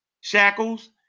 shackles